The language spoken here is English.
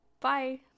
Bye